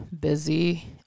busy